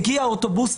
הגיע אוטובוס,